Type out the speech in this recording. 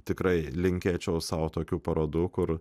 tikrai linkėčiau sau tokių parodų kur